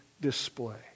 display